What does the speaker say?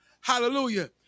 Hallelujah